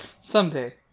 Someday